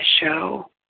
show